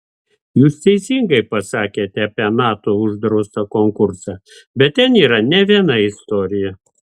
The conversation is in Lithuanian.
jūs teisingai pasakėte apie nato uždraustą konkursą bet ten yra ne viena istorija